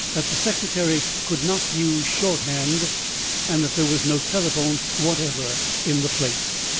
that the secretary could not use shorthand and that there was no telephone whatever in the place.